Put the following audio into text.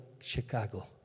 Chicago